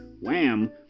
Wham